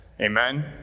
Amen